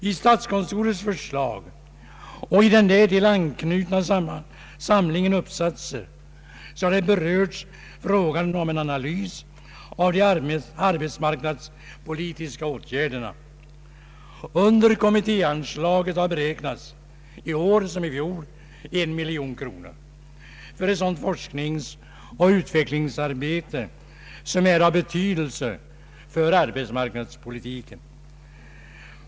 I statskontorets förslag och i den därtill anknutna samlingen uppsatser har berörts frågan om en analys av de arbetsmarknadspolitiska åtgärderna. Under kommittéanslaget har beräknats — i år som i fjol — en miljon kronor för sådant forskningsoch utvecklingsarbete som är av betydelse för arbetsmarknadspolitiken.